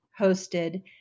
hosted